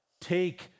Take